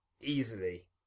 easily